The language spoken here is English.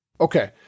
Okay